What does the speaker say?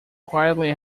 quietly